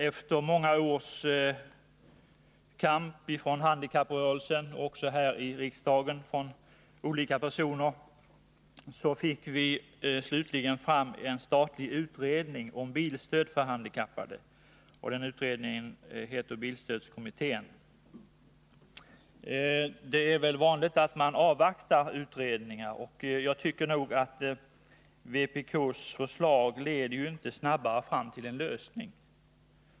Efter många års kamp från handikapprörelsen och från olika ledamöter här i riksdagen fick vi slutligen fram en statlig utredning om bilstöd för handikappade, bilstödskommittén. Det är väl vanligt att man avvaktar utredningar. Jag tycker nog att vpk:s förslag inte leder snabbare fram till en lösning.